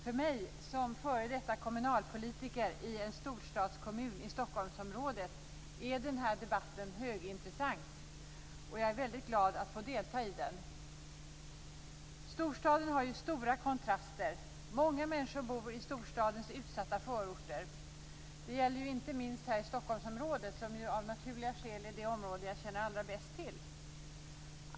För mig som f.d. kommunalpolitiker i en storstadskommun i Stockholmsområdet är den här debatten högintressant. Jag är väldigt glad att få delta i den. Storstaden har stora kontraster. Många människor bor i storstadens utsatta förorter. Det gäller inte minst här i Stockholmsområdet, som ju av naturliga skäl är det område som jag känner allra bäst till.